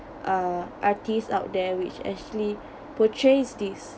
uh artist out there which actually portrays this